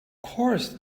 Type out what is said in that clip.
course